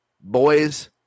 boys